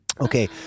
Okay